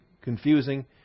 confusing